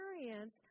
experience